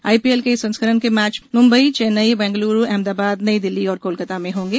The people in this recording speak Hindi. आईपीएल के इस संस्करण के मैच मुंबई चोन्नई बंगलुरू अहमदाबाद नई दिल्ली और कोलकाता में होंगे